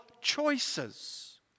choices